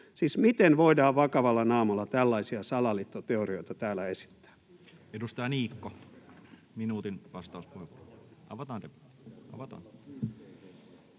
miten voidaan vakavalla naamalla tällaisia salaliittoteorioita täällä esittää? Laittakaa, edustaja